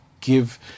give